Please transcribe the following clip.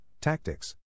tactics